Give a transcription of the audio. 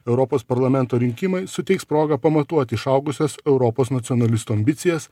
europos parlamento rinkimai suteiks progą pamatuoti išaugusias europos nacionalistų ambicijas